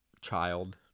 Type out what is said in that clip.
child